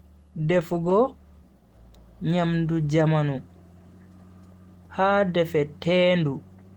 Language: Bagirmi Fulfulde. Defugo nyamdu jamanu ha defetendu.